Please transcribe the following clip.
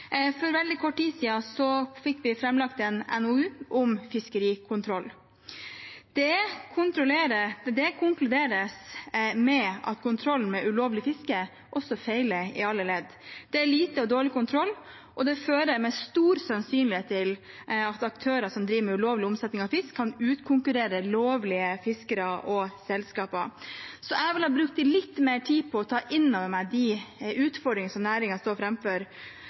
For veldig kort tid siden fikk vi lagt fram en NOU om fiskerikontroll. Det konkluderes med at kontroll med ulovlig fiske feiler i alle ledd. Det er lite og dårlig kontroll, og det fører med stor sannsynlighet til at aktører som driver med ulovlig omsetning av fisk, kan utkonkurrere lovlige fiskere og selskaper. Jeg ville ha brukt litt mer tid på å ta inn over meg de utfordringene som næringen står